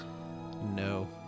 No